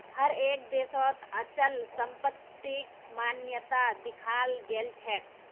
हर एक देशत अचल संपत्तिक मान्यता दियाल गेलछेक